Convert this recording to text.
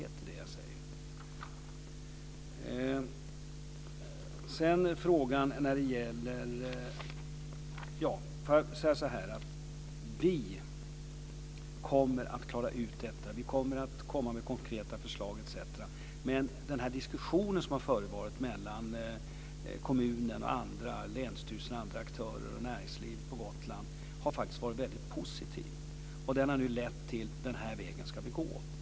Det jag säger äger riktighet. Låt mig säga att vi kommer att klara ut detta. Vi kommer att komma med konkreta förslag. Den diskussion som har förevarit mellan kommunen, länsstyrelsen, näringslivet och andra aktörer på Gotland har varit mycket positiv. Den har nu lett till att man har sagt: Den här vägen ska vi gå.